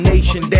nation